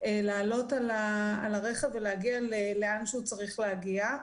לעלות על הרכב ולהגיע לאן שהוא צריך להגיע.